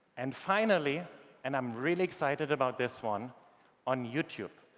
and finally and i am really excited about this one on youtube,